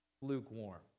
Lukewarm